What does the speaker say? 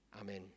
Amen